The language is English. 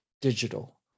digital